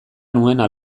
nuena